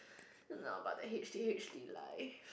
not about the H T H T life